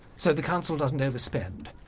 so the council doesn't overspend.